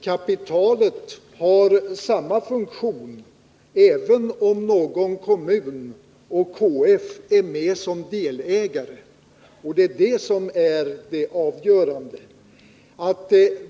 Kapitalet har samma funktion även om någon kommun och KF är med som delägare, och det är det som är det avgörande.